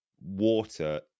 water